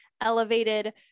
elevated